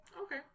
Okay